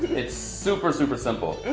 it's super super simple.